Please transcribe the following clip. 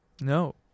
no